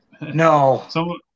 No